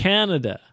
Canada